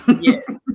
Yes